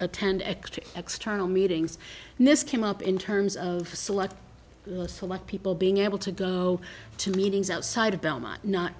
attend extra extra no meetings and this came up in terms of select select people being able to go to meetings outside of